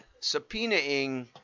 subpoenaing